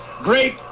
great